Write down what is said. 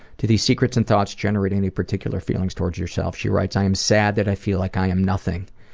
do these secrets and thoughts generate any particular feelings towards yourself? she writes, i am sad that i feel like i am nothing.